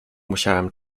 musiałem